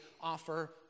offer